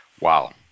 Wow